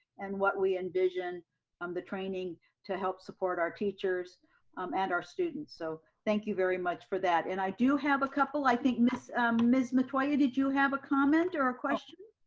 and what we envision um the training to help support our teachers um and our students. so thank you very much for that. and i do have a couple i think, miss um miss metoyer did you have a comment or a question?